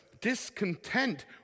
discontent